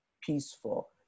peaceful